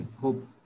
Hope